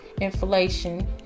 inflation